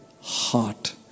heart